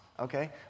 Okay